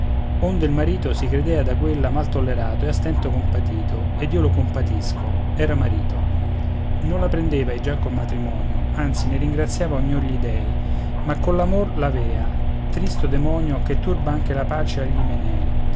onde il marito si credea da quella mal tollerato e a stento compatito ed io lo compatisco era marito non la prendeva ei già col matrimonio anzi ne ringraziava ognor gli dèi ma coll'amor l'avea tristo demonio che turba anche la pace agli imenei